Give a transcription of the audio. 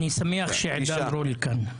אני שמח שעידן רול כאן.